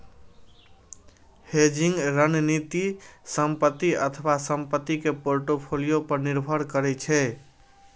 hedging रणनीति संपत्ति अथवा संपत्ति के पोर्टफोलियो पर निर्भर करै छै